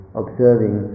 observing